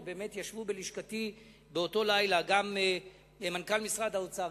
ובאמת ישבו בלשכתי באותו לילה גם מנכ"ל משרד האוצר,